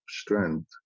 strength